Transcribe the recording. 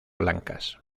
blancas